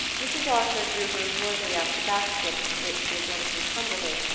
mrs. archer drew her embroidery out of the basket into which she had nervously tumbled it,